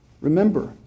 Remember